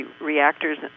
reactors